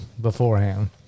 beforehand